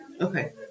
Okay